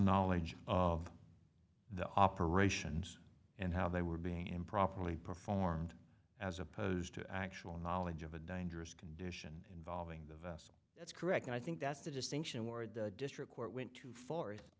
knowledge of the operations and how they were being improperly performed as opposed to actual knowledge of a dangerous condition involving the vessel that's correct and i think that's the distinction ward the district court went too far